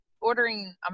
ordering